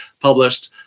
published